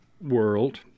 world